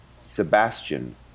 Sebastian